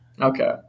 okay